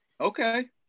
Okay